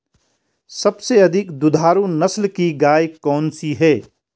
सबसे अधिक दुधारू नस्ल की गाय कौन सी है?